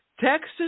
Texas